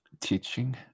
Teaching